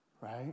Right